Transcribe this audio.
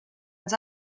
ens